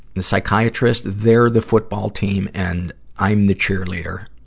the psychiatrists, their the football team, and i'm the cheerleader.